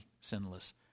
sinless